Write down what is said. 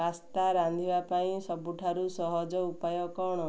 pasta ରାନ୍ଧିବା ପାଇଁ ସବୁଠାରୁ ସହଜ ଉପାୟ କ'ଣ